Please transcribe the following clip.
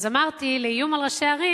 אז אמרתי: איום על ראשי ערים,